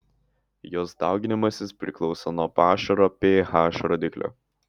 jos dauginimasis priklauso nuo pašaro ph rodiklio